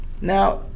Now